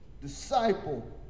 disciple